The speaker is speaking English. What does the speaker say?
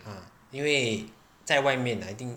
ah 因为在外面 I think